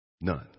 None